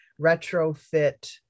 retrofit